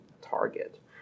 target